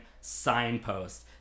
signpost